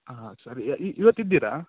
ಹಾಂ ಸರಿ ಇವತ್ತು ಇದ್ದೀರಾ